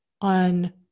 on